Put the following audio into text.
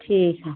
ठीक है